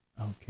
Okay